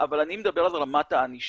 אבל אני מדבר על רמת הענישה.